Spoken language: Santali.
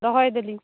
ᱫᱚᱦᱚ ᱭᱮᱫᱟᱞᱤᱧ